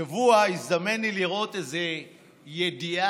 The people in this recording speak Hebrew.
השבוע הזדמן לי לראות איזו ידיעה,